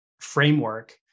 framework